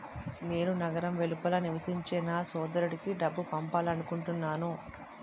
నేను నగరం వెలుపల నివసించే నా సోదరుడికి డబ్బు పంపాలనుకుంటున్నాను